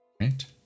Right